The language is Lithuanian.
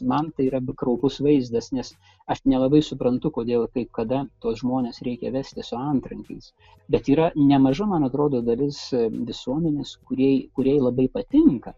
man tai yra kraupus vaizdas nes aš nelabai suprantu kodėl kai kada tuos žmones reikia vesti su antrankiais bet yra nemaža man atrodo dalis visuomenės kuriai kuriai labai patinka